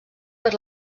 per